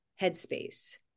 headspace